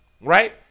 Right